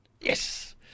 Yes